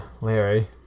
Larry